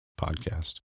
podcast